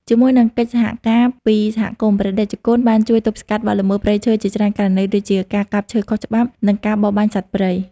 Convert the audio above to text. ជាមួយនឹងកិច្ចសហការពីសហគមន៍ ព្រះតេជគុណបានជួយទប់ស្កាត់បទល្មើសព្រៃឈើជាច្រើនករណី ដូចជាការកាប់ឈើខុសច្បាប់ និងការបរបាញ់សត្វព្រៃ។